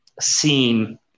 seen